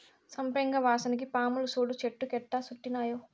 సంపెంగ వాసనకి పాములు సూడు చెట్టు కెట్టా సుట్టినాయో